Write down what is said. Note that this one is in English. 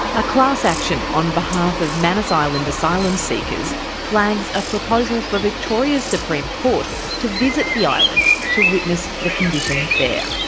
a class action on behalf of manus island asylum seekers flags a proposal for victoria's supreme court to visit the island to witness the conditions there.